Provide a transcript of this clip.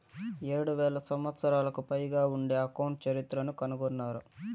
ఏడు వేల సంవత్సరాలకు పైగా ఉండే అకౌంట్ చరిత్రను కనుగొన్నారు